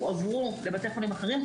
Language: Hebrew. הועברו לבתי חולים אחרים,